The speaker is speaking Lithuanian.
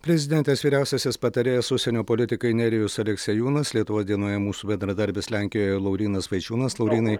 prezidentės vyriausiasis patarėjas užsienio politikai nerijus aleksiejūnas lietuvos dienoje mūsų bendradarbis lenkijoje laurynas vaičiūnas laurynai